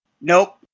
Nope